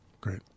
Great